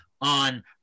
On